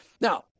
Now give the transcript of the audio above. Now